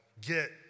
Get